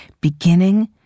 beginning